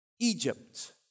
Egypt